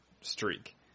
streak